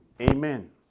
amen